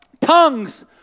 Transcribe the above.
Tongues